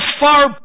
far